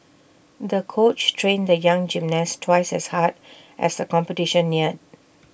the coach trained the young gymnast twice as hard as the competition neared